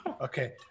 Okay